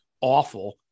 awful